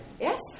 Yes